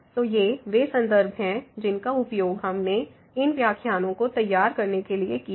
तो ये वे संदर्भ हैं जिनका उपयोग हमने इन व्याख्यानों को तैयार करने के लिए किया है